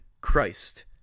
Christ